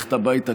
ללכת הביתה,